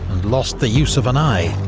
and lost the use of an eye.